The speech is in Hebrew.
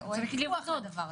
או אין פיקוח על הדבר הזה.